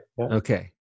Okay